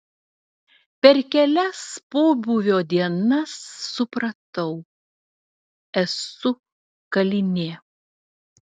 per kelias pobūvio dienas supratau esu kalinė